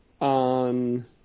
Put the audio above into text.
on